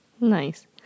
Nice